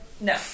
No